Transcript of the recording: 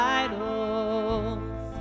idols